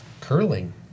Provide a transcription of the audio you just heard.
curling